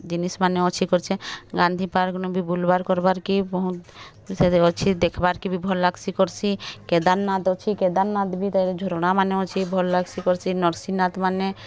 ଜିନିଷ୍ମାନେ ଅଛି କର୍ଛେ ଗାନ୍ଧୀ ପାର୍କ୍ନୁ ବି ବୁଲ୍ ବାର୍ କର୍ ବାର୍ କେ ବହୁତ୍ ସେଥିରେ ଅଛି ଦେଖ୍ ବାର୍ କି ବି ଭଲ୍ ଲାଗ୍ସି କର୍ସି କେଦାରନାଥ୍ ଅଛି କେଦାରନାଥ୍ ବି ତଲେ ଝରଣାମାନେ ଅଛିଭଲ୍ ଲାଗ୍ସି କର୍ସି ନରସିଂହନାଥ୍ମାନେ